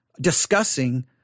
discussing